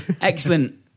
Excellent